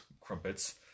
Crumpets